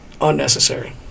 Unnecessary